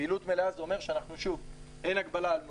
פעילות מלאה אומר שאין הגבלה על נוסעים,